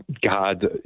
God